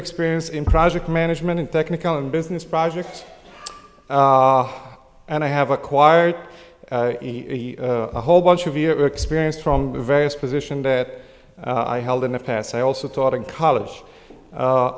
experience in project management and technical and business projects and i have acquired a whole bunch of your experience from various position that i held in the past i also taught in college